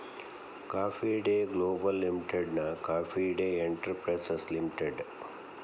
coffee Day Global ಲಿಮಿಟೆಡ್ನ Coffee Day Enterprises limited